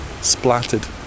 splattered